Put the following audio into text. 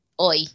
oi